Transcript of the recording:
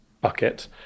bucket